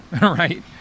right